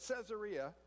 Caesarea